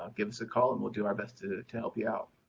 give us a call and we'll do our best to to help you out.